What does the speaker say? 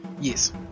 yes